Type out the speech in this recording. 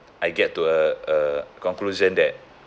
I get to a a conclusion that